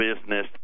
business